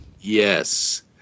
Yes